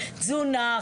תזונה,